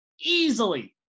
easily